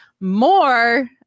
more